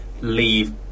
leave